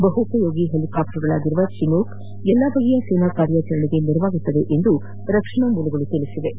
ಬಹುಪಯೋಗಿ ಹೆಲಿಕಾಫ್ಟರ್ಗಳಾಗಿರುವ ಚಿನೋಕ್ ಎಲ್ಲಾ ಬಗೆಯ ಸೇನಾ ಕಾರ್ಯಾಚರಣೆಗೆ ನೆರವಾಗಲಿವೆ ಎಂದು ರಕ್ಷಣಾ ಮೂಲಗಳು ತಿಳಿಸಿವೆ